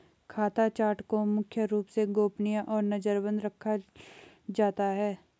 खाता चार्ट को मुख्य रूप से गोपनीय और नजरबन्द रखा जाता है